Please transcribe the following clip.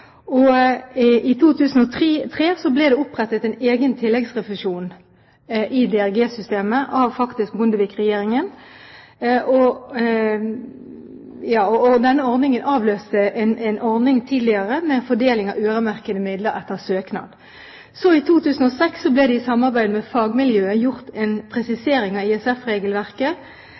tilskudd. I 2003 ble det faktisk av Bondevik-regjeringen opprettet en egen tilleggsrefusjon i DRG-systemet. Denne ordningen avløste en tidligere ordning med fordeling av øremerkede midler etter søknad. I 2006 ble det i samarbeid med fagmiljøet gjort en presisering av ISF-regelverket med tanke på innholdet i